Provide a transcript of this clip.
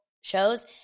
shows